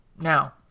Now